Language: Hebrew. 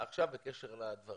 בקשר לדברים.